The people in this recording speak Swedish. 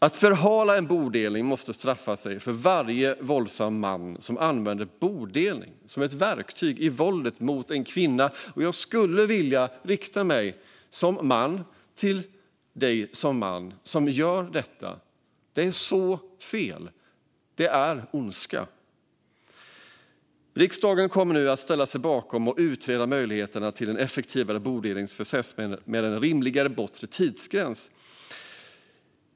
Att förhala en bodelning måste straffa sig för varje våldsam man som använder bodelning som ett verktyg i våldet mot en kvinna. Jag skulle vilja rikta mig, som man, till dig, som man, som gör detta: Det är så fel! Det är ondska. Riksdagen kommer nu att ställa sig bakom att utreda möjligheterna till en effektivare bodelningsprocess med en rimligare bortre tidsgräns.